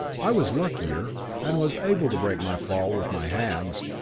i was luckier, and was able to break my fall with my hands,